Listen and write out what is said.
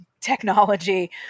technology